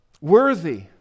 worthy